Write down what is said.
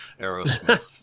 Aerosmith